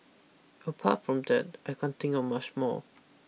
apart from that I can't think of much more